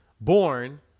Born